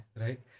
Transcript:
right